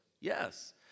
Yes